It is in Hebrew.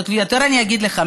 אני אגיד לך יותר,